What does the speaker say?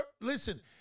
listen